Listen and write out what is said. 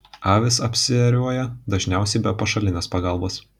avys apsiėriuoja dažniausiai be pašalinės pagalbos